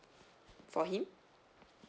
for him